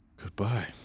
Goodbye